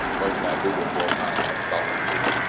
working at google full time as a software engineer,